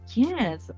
yes